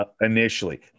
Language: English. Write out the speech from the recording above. initially